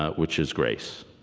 ah which is grace.